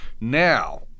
Now